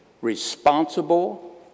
responsible